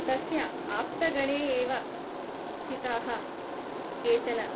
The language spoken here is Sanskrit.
तस्य आप्तगणे एव स्थिताः केचन